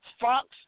Fox